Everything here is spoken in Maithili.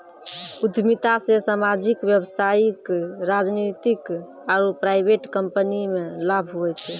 उद्यमिता से सामाजिक व्यवसायिक राजनीतिक आरु प्राइवेट कम्पनीमे लाभ हुवै छै